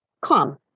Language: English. calm